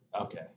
okay